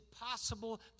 possible